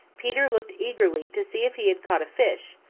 peter looked eagerly to see if he had caught a fish,